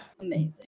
Amazing